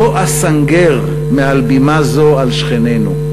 לא אסנגר מעל בימה זו על שכנינו.